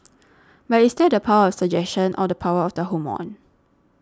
but is that the power of suggestion or the power of the hormone